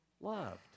loved